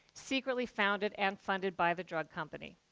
secretly founded and funded by the drug company.